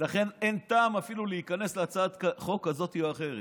אין טעם אפילו להיכנס להצעת חוק כזאת או אחרת.